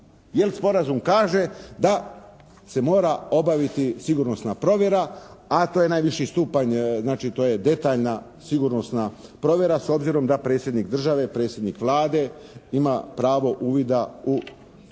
jer sporazum kaže da se mora obaviti sigurnosna provjera a to je najviši stupanj, znači to je detaljna sigurnosna provjera s obzirom da predsjednik države, predsjednik Vlade ima pravo uvida u sve